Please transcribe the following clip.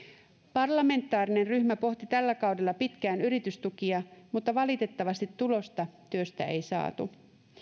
parlamentaarinen ryhmä pohti tällä kaudella pitkään yritystukia mutta valitettavasti tulosta työstä ei saatu